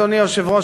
אדוני היושב-ראש,